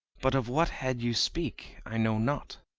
but of what head you speak i know not.